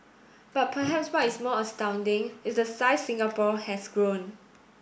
but perhaps what is more astounding is the size Singapore has grown